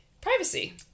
privacy